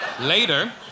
Later